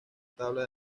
tabla